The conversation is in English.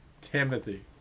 Timothy